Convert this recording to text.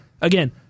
again